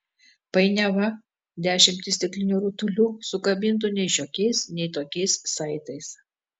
painiava dešimtys stiklinių rutulių sukabintų nei šiokiais nei tokiais saitais